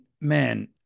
man